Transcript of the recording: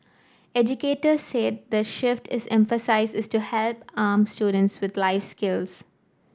educators said the shift is emphasis is to help arm students with life skills